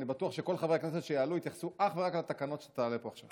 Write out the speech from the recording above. ואני בטוח שכל חברי הכנסת שיעלו יתייחסו אך ורק לתקנות שתעלה פה עכשיו.